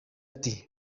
ati